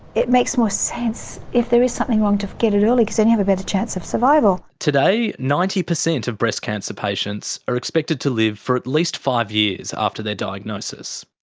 it makes more sense, if there is something wrong, to get it early, because then you have a better chance of survival. today, ninety percent of breast cancer patients are expected to live for at least five years after their diagnosis.